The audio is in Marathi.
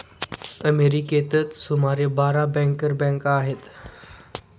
अमेरिकेतच सुमारे बारा बँकर बँका आहेत